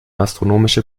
astronomische